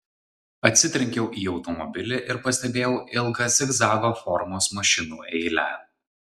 atsitrenkiau į automobilį ir pastebėjau ilgą zigzago formos mašinų eilę